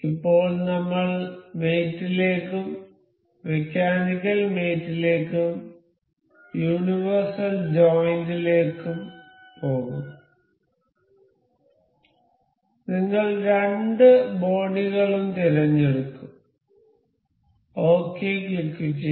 ഇപ്പോൾ നമ്മൾ മേറ്റ് ലേക്കും മെക്കാനിക്കൽ മേറ്റ് ലേക്കും യൂണിവേഴ്സൽ ജോയിന്റിലേക്കും പോകും നിങ്ങൾ രണ്ട് ബോഡികളും തിരഞ്ഞെടുക്കും ഒകെ ക്ലിക്ക് ചെയ്യുക